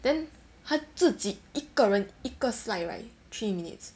then 他自己一个人一个 slide right three minutes